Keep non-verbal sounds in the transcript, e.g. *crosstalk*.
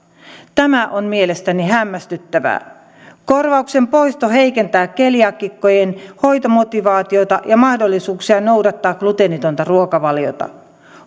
tämä on mielestäni hämmästyttävää korvauksen poisto heikentää keliaakikkojen hoitomotivaatiota ja mahdollisuuksia noudattaa gluteenitonta ruokavaliota *unintelligible*